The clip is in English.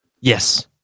Yes